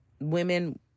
women